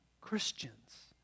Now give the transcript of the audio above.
Christians